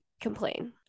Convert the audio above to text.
complain